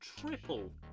triple